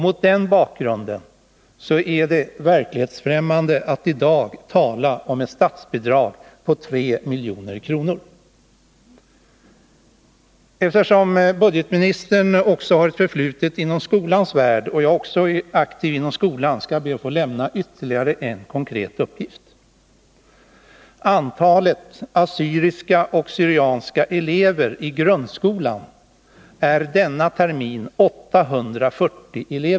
Mot den bakgrunden är det verklighetsfrämmande att i dag tala om ett statsbidrag på 3 milj.kr. Eftersom budgetministern har ett förflutet i skolans värld och eftersom jag själv är aktiv inom skolan, skall jag be att få lämna ytterligare en konkret uppgift: antalet assyriska och syrianska elever i grundskolan i Södertälje är denna termin 840.